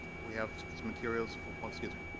we have materials. oh excuse me.